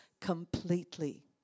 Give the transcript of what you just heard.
completely